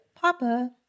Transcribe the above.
PAPA